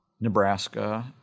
Nebraska